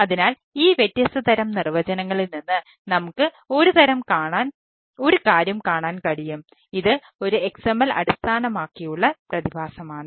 അതിനാൽ ഈ വ്യത്യസ്ത തരം നിർവചനങ്ങളിൽ നിന്ന് നമുക്ക് ഒരു കാര്യം കാണാൻ കഴിയും ഇത് ഒരു XML അടിസ്ഥാനമാക്കിയുള്ള പ്രതിഭാസമാണ്